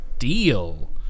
deal